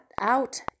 out